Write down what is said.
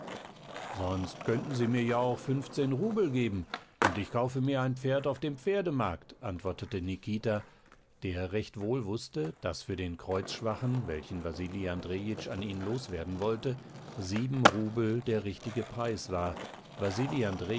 sonst könnten sie mir ja auch fünfzehn rubel geben und ich kaufe mir ein pferd auf dem pferdemarkt antwortete nikita der recht wohl wußte daß für den kreuzschwachen welchen wasili andrejitsch an ihn loswerden wollte sieben rubel der richtige preis war